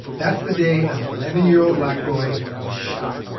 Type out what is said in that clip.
that's the day an eleven year old black boy was shot.